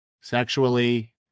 sexually